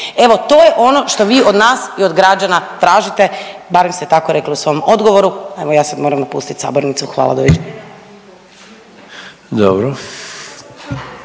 Evo to je ono što vi od nas i od građana tražite, barem ste tako rekli u svom odgovoru. Evo ja sada moram napustiti sabornicu. Hvala. Doviđenja.